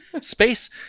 space